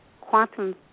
quantum